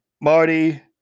Marty